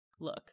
Look